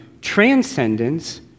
transcendence